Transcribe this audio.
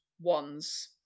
ones